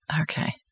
Okay